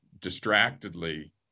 distractedly